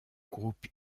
groupe